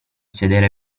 sedere